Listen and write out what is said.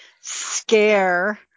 scare